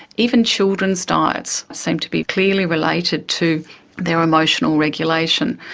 even children's diets seem to be clearly related to their emotional regulation.